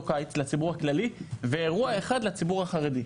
קיץ לציבור הכללי ואירוע אחד לציבור החרדי.